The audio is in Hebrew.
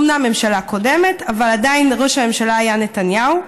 אומנם הממשלה הקודמת אך עדיין ראש הממשלה היה נתניהו.